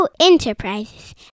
Enterprises